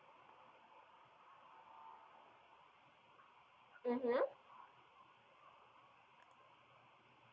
mmhmm